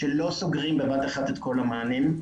שלא סוגרים בבת אחת את כל המענים,